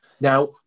Now